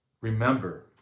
Remember